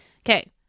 Okay